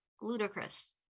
ludicrous